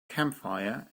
campfire